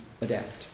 adapt